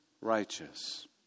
righteous